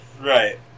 Right